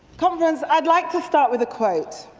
conference, i would like to start with a quote,